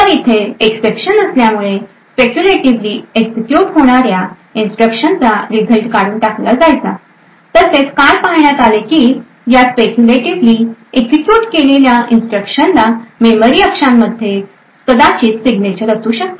तर इथे एक्सेप्शन असल्यामुळे स्पेक्युलेटीवली एक्झिक्युट होणाऱ्या इन्स्ट्रक्शन चा रिझल्ट काढून टाकला जायचा तसेच काय पाहण्यात आले की या स्पेक्युलेटीवली एक्झिक्युट केलेल्या इन्स्ट्रक्शन ला मेमरी अक्षांमध्ये कदाचित सिग्नेचर असू शकतात